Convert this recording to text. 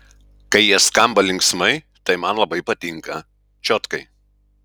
kai jie skamba linksmai tai man labai patinka čiotkai